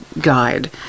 guide